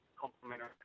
complimentary